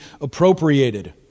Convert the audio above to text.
appropriated